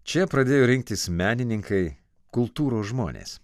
čia pradėjo rinktis menininkai kultūros žmonės